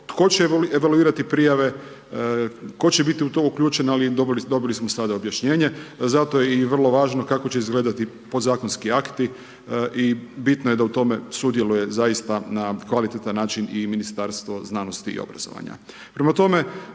tko će evaluirati prijave tko će biti u to uključen ali dobili smo sada objašnjenje. Zato je i vrlo važno kako će izgledati podzakonski akti i bitno je da u tome sudjeluje zaista na kvalitetan način i Ministarstvo znanosti i obrazovanja.